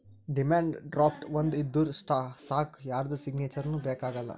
demand draft ಒಂದ್ ಇದ್ದೂರ್ ಸಾಕ್ ಯಾರ್ದು ಸಿಗ್ನೇಚರ್ನೂ ಬೇಕ್ ಆಗಲ್ಲ